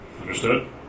Understood